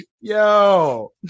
yo